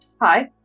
Hi